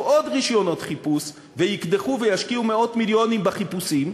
עוד רישיונות חיפוש ויקדחו וישקיעו מאות-מיליונים בחיפושים,